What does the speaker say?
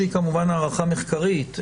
שהיא כמובן הערכה מחקרית,